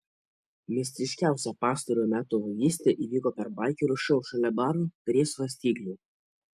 mistiškiausia pastarojo meto vagystė įvyko per baikerių šou šalia baro prie svarstyklių